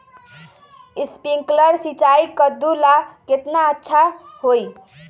Sprinkler सिंचाई कददु ला केतना अच्छा होई?